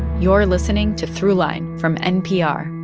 you are listening to throughline from npr.